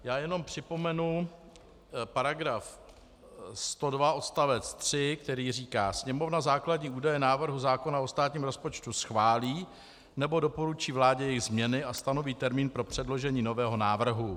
Já jen připomenu § 102 odst. 3, který říká: Sněmovna základní údaje návrhu zákona o státním rozpočtu schválí, nebo doporučí vládě její změny a stanoví termín pro předložení nového návrhu.